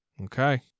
Okay